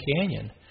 Canyon